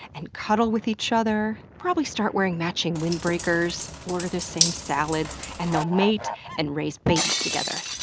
and cuddle, with each other, probably start wearing matching windbreakers, order the same salads, and they'll mate and raise babies together.